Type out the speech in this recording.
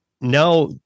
now